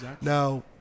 now